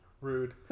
rude